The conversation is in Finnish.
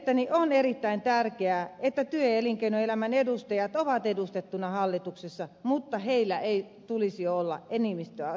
mielestäni on erittäin tärkeää että työ ja elinkeinoelämän edustajat ovat edustettuna hallituksessa mutta heillä ei tulisi olla enemmistöasemaa